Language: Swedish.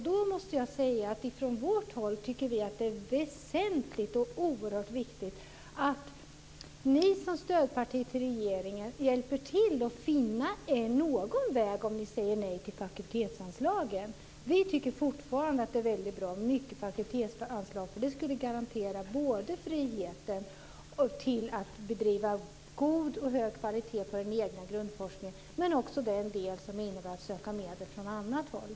Då måste jag säga att vi från vårt håll tycker att det är väsentligt och oerhört viktigt att ni som stödparti till regeringen hjälper till att finna någon väg, om ni säger nej till fakultetsanslagen. Vi tycker fortfarande att det är väldigt bra med mycket i fakultetsanslag. Det skulle garantera både friheten att bedriva egen grundforskning av god och hög kvalitet och den del som innebär att söka medel från annat håll.